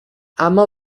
اما